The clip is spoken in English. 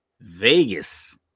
Vegas